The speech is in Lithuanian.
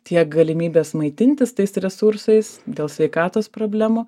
tiek galimybės maitintis tais resursais dėl sveikatos problemų